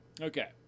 Okay